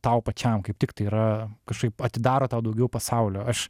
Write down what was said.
tau pačiam kaip tik tai yra kažkaip atidaro tau daugiau pasaulio aš